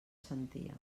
sentia